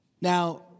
Now